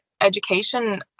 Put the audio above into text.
education